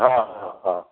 हा हा हा